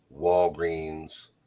Walgreens